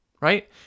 right